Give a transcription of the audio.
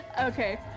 Okay